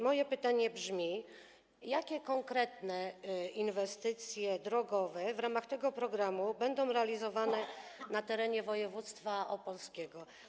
Moje pytanie brzmi: Jakie konkretne inwestycje drogowe w ramach tego programu będą realizowane na terenie województwa opolskiego?